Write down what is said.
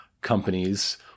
companies